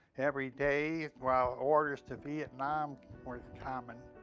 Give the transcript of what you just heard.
every day, while orders to vietnam were um and